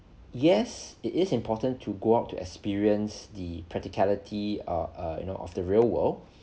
yes it is important to go out to experience the practicality err err you know of the real world